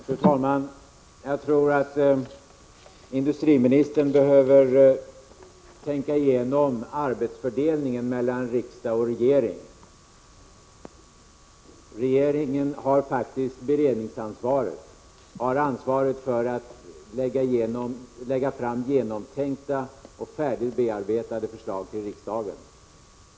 Fru talman! Jag tror att industriministern behöver tänka igenom arbetsfördelningen mellan riksdagen och regeringen. Regeringen har faktiskt beredningsansvaret och ansvaret för att lägga fram genomtänkta och färdigt bearbetade förslag till riksdagen.